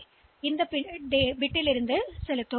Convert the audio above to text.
எனவே அது இந்த குறிப்பிட்ட பிட்டில் வைக்கப்படும்